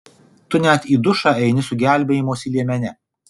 tu net į dušą eini su gelbėjimosi liemene